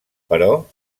però